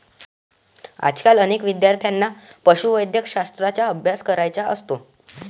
आजकाल अनेक विद्यार्थ्यांना पशुवैद्यकशास्त्राचा अभ्यास करायचा असतो